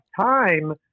time